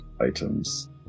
items